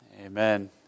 Amen